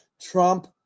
Trump